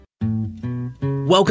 Welcome